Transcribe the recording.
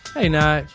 i